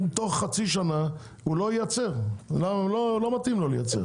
שבתוך חצי שנה הוא לא ייצר, לא מתאים לו לייצר.